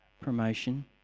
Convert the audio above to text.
promotion